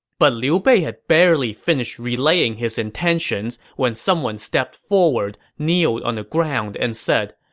but liu bei had barely finished relaying his intentions when someone stepped forward, kneeled on the ground, and said,